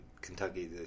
Kentucky